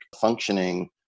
functioning